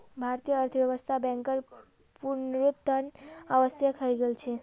भारतीय अर्थव्यवस्थात बैंकेर पुनरुत्थान आवश्यक हइ गेल छ